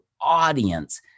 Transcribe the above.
audience